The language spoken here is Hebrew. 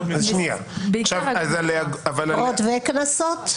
אגרות וקנסות?